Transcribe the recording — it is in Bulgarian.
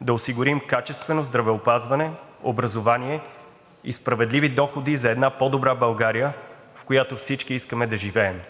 да осигурим качествено здравеопазване, образование и справедливи доходи за една по-добра България, в която всички искаме да живеем.